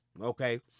Okay